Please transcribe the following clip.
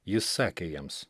jis sakė jiems